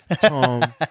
Tom